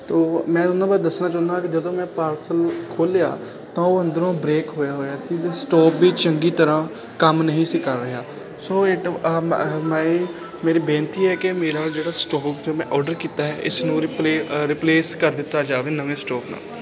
ਤੋ ਮੈਂ ਉਹਨਾਂ ਬਾਰੇ ਦੱਸਣਾ ਚਾਹੁੰਦਾ ਕਿ ਜਦੋਂ ਮੈਂ ਪਾਰਸਲ ਖੋਲਿਆ ਤਾਂ ਉਹ ਅੰਦਰੋਂ ਬ੍ਰੇਕ ਹੋਇਆ ਹੋਇਆ ਸੀ ਜੋ ਸਟੋਪ ਵੀ ਚੰਗੀ ਤਰ੍ਹਾਂ ਕੰਮ ਨਹੀਂ ਸੀ ਕਰ ਰਿਹਾ ਸੋ ਇਟ ਮਾਈ ਮੇਰੀ ਬੇਨਤੀ ਹੈ ਕਿ ਮੇਰਾ ਜਿਹੜਾ ਸਟੋਕ ਜੋ ਮੈਂ ਆਰਡਰ ਕੀਤਾ ਇਸ ਨੂੰ ਰਿਪਲੇ ਰਿਪਲੇਸ ਕਰ ਦਿੱਤਾ ਜਾਵੇ ਨਵੇਂ ਸਟੋਪ ਨਾਲ